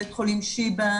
בית החולים שיבא,